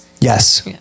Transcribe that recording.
Yes